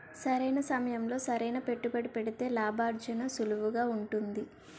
సరైన సమయంలో సరైన పెట్టుబడి పెడితే లాభార్జన సులువుగా ఉంటుంది